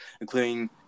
including